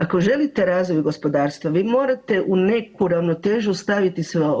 Ako želite razvoj gospodarstva vi morate u neku ravnotežu staviti sve ovo.